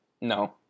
No